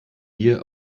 dir